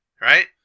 right